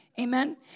Amen